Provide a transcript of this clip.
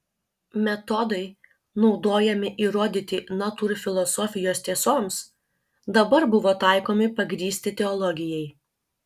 metodai naudojami įrodyti natūrfilosofijos tiesoms dabar buvo taikomi pagrįsti teologijai